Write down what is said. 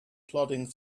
plodding